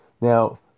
Now